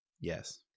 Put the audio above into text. yes